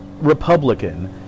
Republican